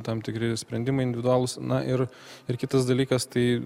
tam tikri sprendimai individualūs na ir ir kitas dalykas tai